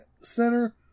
center